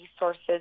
resources